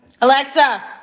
Alexa